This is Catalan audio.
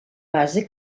base